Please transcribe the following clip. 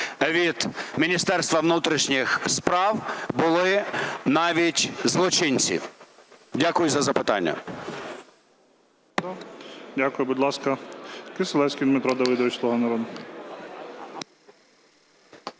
від Міністерства внутрішніх справ були навіть злочинці. Дякую за запитання. ГОЛОВУЮЧИЙ. Дякую. Будь ласка, Кисилевський Дмитро Давидович, "Слуга народу".